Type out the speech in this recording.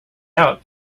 out